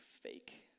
fake